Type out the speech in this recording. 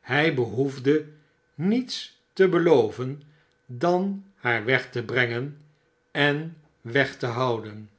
hij behoefde niets te beloven dan haar weg te brengen en weg te houden